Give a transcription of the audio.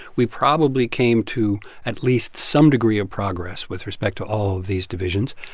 we probably came to at least some degree of progress with respect to all of these divisions.